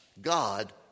God